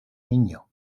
miño